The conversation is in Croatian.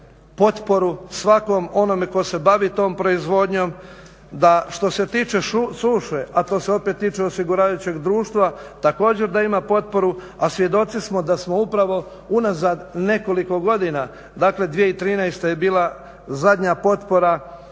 potporu svakom onom tko se bavi tom proizvodnjom da što se tiče suše, a to se opet tiče osiguravajućeg društva, također da ima potporu, a svjedoci smo da smo upravo unazad nekoliko godina, dakle 2013. je bila zadnja potpora